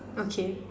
okay